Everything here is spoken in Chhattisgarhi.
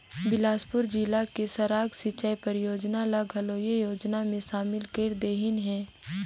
बेलासपुर जिला के सारंग सिंचई परियोजना ल घलो ए योजना मे सामिल कर देहिनह है